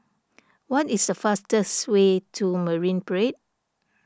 what is the fastest way to Marine Parade